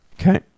okay